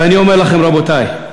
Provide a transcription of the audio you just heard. ואני אומר לכם, רבותי,